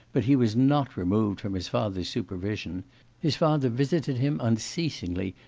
but he was not removed from his father's supervision his father visited him unceasingly,